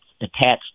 attached